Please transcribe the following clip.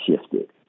shifted